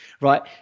right